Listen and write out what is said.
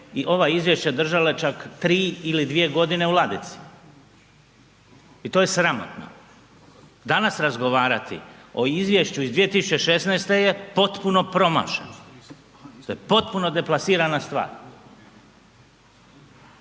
i ova izvješća držale čak 3 ili 2.g. u ladici i to je sramotno. Danas razgovarati o izvješću iz 2016. je potpuno promašeno, potpuno deplasirana stvar